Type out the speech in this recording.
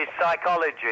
psychology